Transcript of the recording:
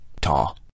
Ta